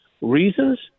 reasons